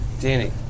Danny